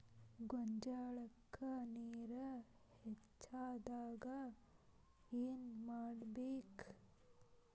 ಗೊಂಜಾಳಕ್ಕ ನೇರ ಹೆಚ್ಚಾದಾಗ ಏನ್ ಮಾಡಬೇಕ್?